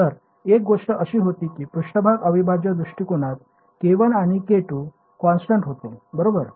तर एक गोष्ट अशी होती की पृष्ठभाग अविभाज्य दृष्टीकोनात K1 आणि K2 कॉन्स्टन्ट होते बरोबर